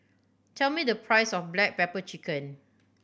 tell me the price of black pepper chicken